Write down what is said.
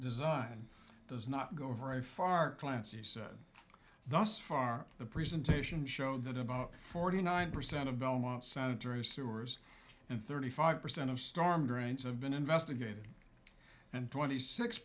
designed does not go very far clancy said thus far the presentation showed that about forty nine percent of belmont center is sewers and thirty five percent of storm drains have been investigated and twenty six